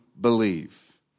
believe